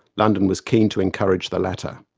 london was keen to encourage the latter.